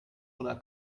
oder